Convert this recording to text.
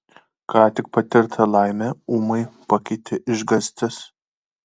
ką tik patirtą laimę ūmai pakeitė išgąstis